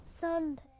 Sunday